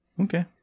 okay